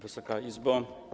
Wysoka Izbo!